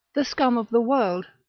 the scum of the world.